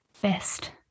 best